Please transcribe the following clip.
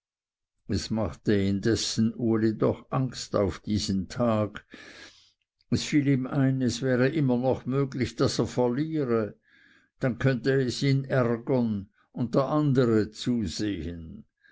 es machte indessen uli doch angst auf diesen tag es fiel ihm ein es wäre noch immer möglich daß er verliere dann könnte es ihn ärgern und der andere zusehen